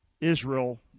Israel